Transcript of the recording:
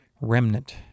remnant